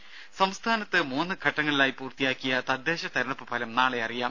ദര സംസ്ഥാനത്ത് മൂന്ന് ഘട്ടങ്ങളിലായി പൂർത്തിയാക്കിയ തദ്ദേശ തിരഞ്ഞെടുപ്പ് ഫലം നാളെ അറിയാം